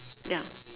ya